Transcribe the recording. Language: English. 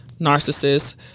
narcissist